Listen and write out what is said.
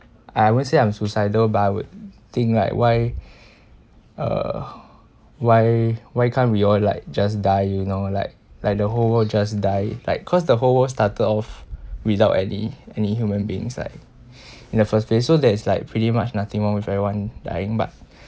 I won't say I'm suicidal but would think like why uh why why can't we all like just die you know like like the whole world just die like cause the whole world started off without any any human beings like in the first place so there's like pretty much nothing wrong with everyone dying but